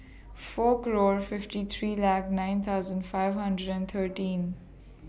four claw fifty three Lake nine thousand five hundred and thirteen